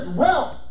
wealth